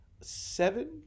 Seven